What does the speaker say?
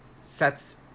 sets